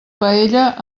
paella